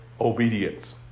obedience